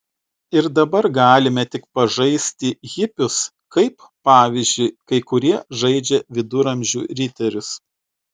ir dabar galime tik pažaisti hipius kaip pavyzdžiui kai kurie žaidžia viduramžių riterius